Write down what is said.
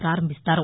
ప్రపారంభిస్తారు